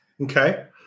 Okay